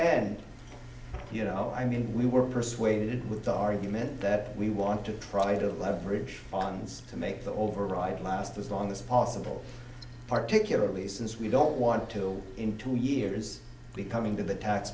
end you know i mean we were persuaded with the argument that we want to try to leverage funds to make the override last as long as possible particularly since we don't want to in two years be coming to the